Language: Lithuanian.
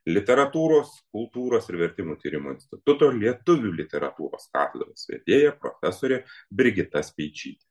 literatūros kultūros ir vertimų tyrimų instituto lietuvių literatūros katedros vedėja profesorė brigita speičytė